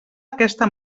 aquesta